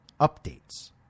updates